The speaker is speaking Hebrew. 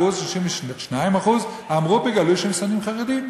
ש-32% אמרו בגלוי שהם שונאים חרדים.